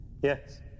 Yes